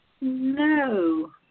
No